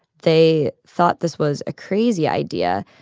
they thought this was a crazy idea.